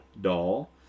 doll